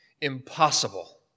impossible